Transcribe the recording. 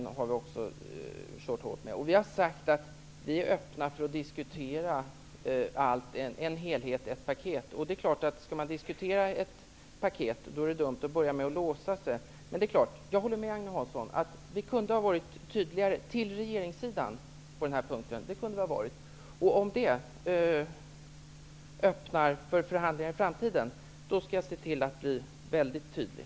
Vi har också kört hårt med skolsatsningen. Vi är öppna för att diskutera en helhet, ett paket. Det är klart att om man skall diskutera ett paket, är det dumt att börja med att låsa sig. Men jag håller med Agne Hansson om att vi kunde ha varit tydligare till regeringssidan på den här punkten. Om detta öppnar för förhandlingar i framtiden, skall jag se till att bli väldigt tydlig.